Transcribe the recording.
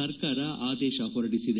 ಸರ್ಕಾರ ಆದೇಶ ಹೊರಡಿಸಿದೆ